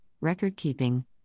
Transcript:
record-keeping